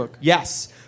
Yes